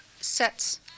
sets